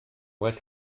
well